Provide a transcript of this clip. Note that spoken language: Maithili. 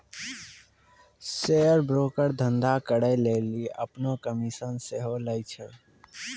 शेयर ब्रोकर धंधा करै लेली अपनो कमिशन सेहो लै छै